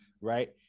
right